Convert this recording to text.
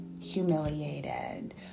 humiliated